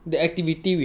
do it lah